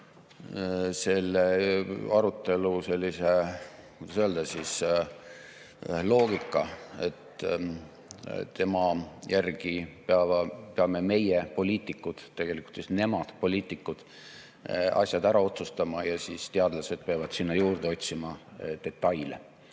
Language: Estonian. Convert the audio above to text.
selle arutelu sellise, kuidas öelda, loogika. Tema [jutu] järgi peame meie, poliitikud – tegelikult nemad, poliitikud – asjad ära otsustama ja siis teadlased peavad sinna juurde otsima detaile.